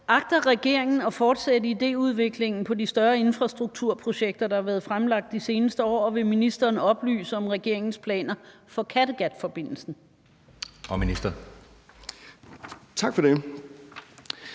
Agter regeringen at fortsætte idéudviklingen på de større infrastrukturprojekter, der har været fremlagt de seneste år, og vil ministeren oplyse om regeringens planer for Kattegatforbindelsen? Kl. 16:22 Anden